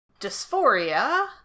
Dysphoria